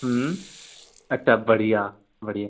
हम्म अच्छा बढ़िया बढ़िया